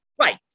Right